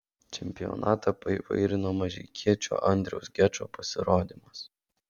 čempionatą paįvairino mažeikiečio andriaus gečo pasirodymas